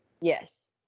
Yes